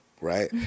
right